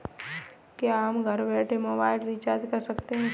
क्या हम घर बैठे मोबाइल रिचार्ज कर सकते हैं?